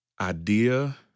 idea